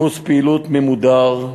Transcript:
דפוס פעילות ממודר,